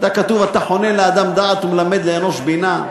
כתוב: אתה חונן לאדם דעת ומלמד לאנוש בינה.